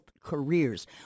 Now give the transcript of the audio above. careers